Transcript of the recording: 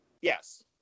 Yes